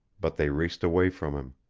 but they raced away from him.